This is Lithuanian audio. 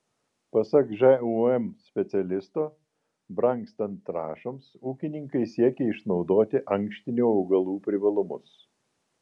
pasak žūm specialisto brangstant trąšoms ūkininkai siekia išnaudoti ankštinių augalų privalumus